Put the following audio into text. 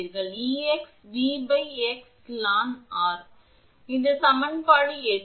அதனால் 𝐸𝑥 𝑉 𝑥 ln 𝑅 இது சமன்பாடு 8